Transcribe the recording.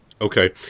Okay